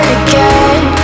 again